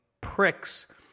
pricks